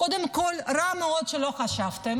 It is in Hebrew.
קודם כול, רע מאוד שלא חשבתם,